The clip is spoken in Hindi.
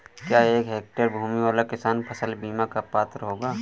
क्या एक हेक्टेयर भूमि वाला किसान फसल बीमा का पात्र होगा?